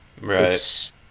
Right